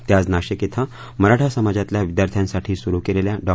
ते आज नाशिक श्रि मराठा समाजातल्या विद्यार्थ्यांसाठी सुरू केलेल्या डॉ